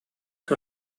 que